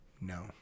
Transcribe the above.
No